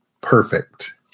perfect